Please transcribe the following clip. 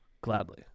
gladly